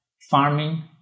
farming